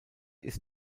ist